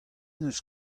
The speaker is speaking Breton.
neus